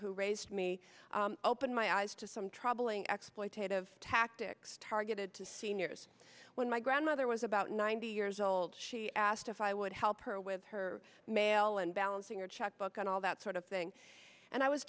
who raised me opened my eyes to some troubling exploitative tactics targeted to seniors when my grandmother was about ninety years old she asked if i would help her with her mail and balancing a checkbook and all that sort of thing and i was